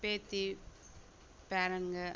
பேத்தி பேரன்ங்க